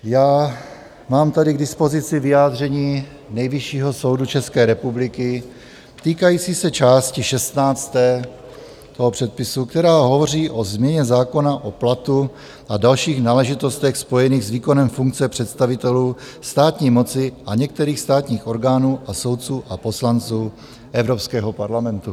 Já mám tady k dispozici vyjádření Nejvyššího soudu České republiky, týkající se části šestnácté toho předpisu, která hovoří o změně zákona o platu a dalších náležitostech spojených s výkonem funkce představitelů státní moci a některých státních orgánů a soudců a poslanců Evropského parlamentu.